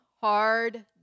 hard